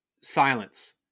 silence